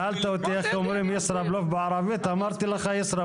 שאלת אותי איך אומרים ישראבלוף בערבית ואמרתי לך ישראבלוף.